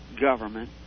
government